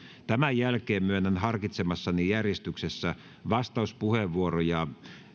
tämän jälkeen myönnän harkitsemassani järjestyksessä vastauspuheenvuoroja